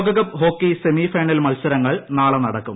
ലോകകപ്പ് hockey semi final മത്സരങ്ങൾ നാളെ നടക്കും